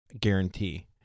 guarantee